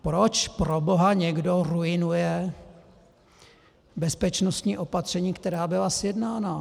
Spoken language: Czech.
Proč proboha někdo ruinuje bezpečnostní opatření, která byla sjednána?